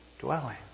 dwelling